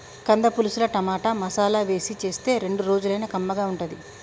కంద పులుసుల టమాటా, మసాలా వేసి చేస్తే రెండు రోజులైనా కమ్మగా ఉంటది